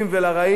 ואני אומר,